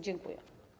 Dziękuję.